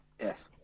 Yes